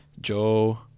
Joe